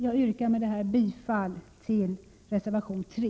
Jag yrkar bifall till reservation 3.